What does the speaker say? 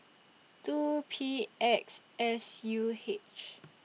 two P X S U H